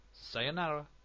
Sayonara